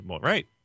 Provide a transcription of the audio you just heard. right